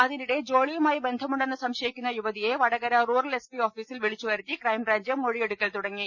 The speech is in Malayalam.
അതിനിടെ ജോളിയുമായി ബ്ന്ധമുണ്ടെന്ന് സംശയിക്കുന്ന യുവതിയെ വടകര റൂറൽ എസ് പി ഓഫീസിൽ വിളിച്ചുവരുത്തി ക്രൈംബ്രാഞ്ച് മൊഴിയെടുക്കൽ തുടങ്ങി